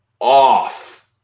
off